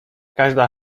każda